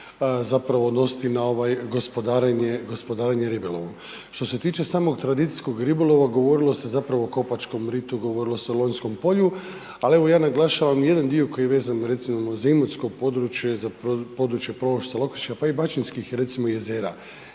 zapravo odnositi na gospodarenje ribolovom. Što se tiče samog tradicijskog ribolova, govorilo se zapravo o Kopačkom ritu, govorilo se o Lonjskom polju, ali evo, ja naglašavam jedan dio koji je vezan recimo, za imotsko područje, za područje .../Govornik se ne razumije./... pa i Baćinskih recimo, jezera.